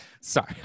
Sorry